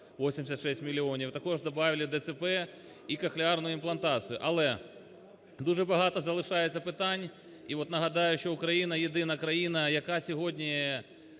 86 мільйонів, а також добавили ДЦВ і кохлеарну імплантацію. Але дуже багато залишається питань, і от нагадаю, що Україна єдина країна, яка сьогодні